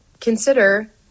consider